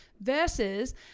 versus